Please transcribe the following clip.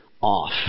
off